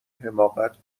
حماقت